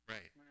Right